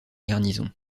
garnison